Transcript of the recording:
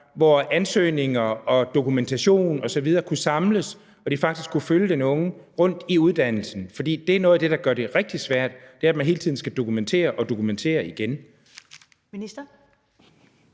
hvor ansøgninger og dokumentation osv. kunne samles, og at den faktisk kunne følge den unge rundt i uddannelsen. For noget af det, der gør det rigtig svært, er, at man hele tiden skal dokumentere og dokumentere igen.